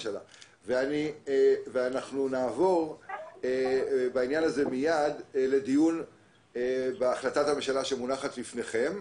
אנחנו נעבור בעניין הזה מיד לדיון בהחלטת הממשלה שמונת לפניכם.